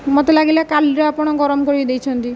ମୋତେ ଲାଗିଲା କାଲିର ଆପଣ ଗରମ କରିକି ଦେଇଛନ୍ତି